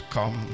Come